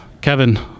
Kevin